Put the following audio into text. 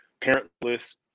parentless